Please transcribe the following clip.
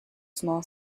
small